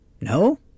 No